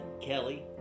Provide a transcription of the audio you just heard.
Kelly